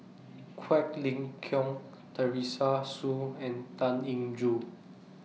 Quek Ling Kiong Teresa Hsu and Tan Eng Joo